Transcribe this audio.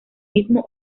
mismo